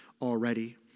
already